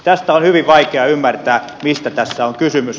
tästä on hyvin vaikea ymmärtää mistä tässä on kysymys